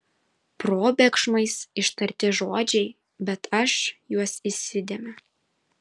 probėgšmais ištarti žodžiai bet aš juos įsidėmiu